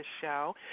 show